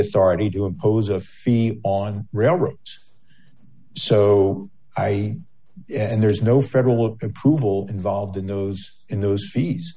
authority to impose a fee on railroads so i and there's no federal approval involved in those in those fees